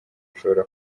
bashobora